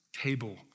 table